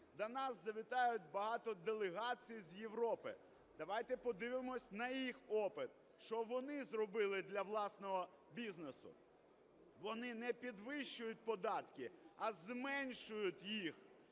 До нас завітають багато делегацій з Європи, давайте подивимось на їх опит, що вони зробили для власного бізнесу. Вони не підвищують податки, а зменшують їх,